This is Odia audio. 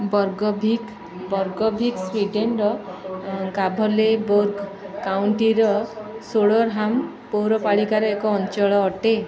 ବର୍ଗଭିକ୍ ବର୍ଗଭିକ୍ ସ୍ୱିଡ଼େନର ଗାଭୋଲେବୋର୍ଗ କାଉଣ୍ଟିର ସୋଡ଼ରହାମ୍ ପୌରପାଳିକାରେ ଏକ ଅଞ୍ଚଳ ଅଟେ